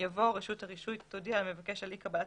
יבוא "רשות הרישוי תודיע למבקש על אי קבלת